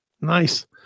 Nice